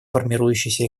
формирующейся